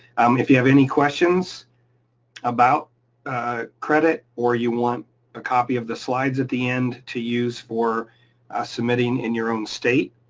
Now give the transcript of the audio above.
um if you have any questions about credit or you want ah copy of the slides at the end to use for submitting in your own state,